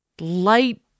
light